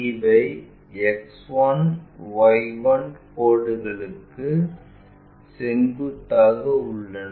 இவை X 1 Y 1 கோடுக்கு செங்குத்தாக உள்ளன